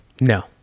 No